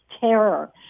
terror